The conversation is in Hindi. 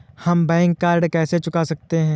हम बैंक का ऋण कैसे चुका सकते हैं?